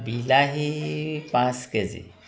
বিলাহী পাঁচ K G